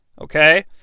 okay